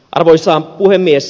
arvoisa puhemies